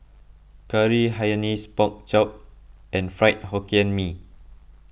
Curry Hainanese Pork Chop and Fried Hokkien Mee